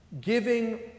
giving